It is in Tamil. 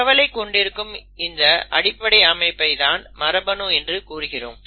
தகவலை கொண்டிருக்கும் இந்த அடிப்படை அமைப்பை தான் மரபணு என்று கூறுகிறோம்